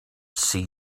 see